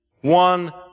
one